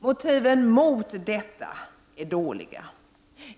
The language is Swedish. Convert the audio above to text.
Motiven för detta är dåliga.